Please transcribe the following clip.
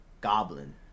goblin